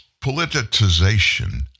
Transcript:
politicization